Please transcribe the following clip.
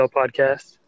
podcast